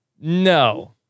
no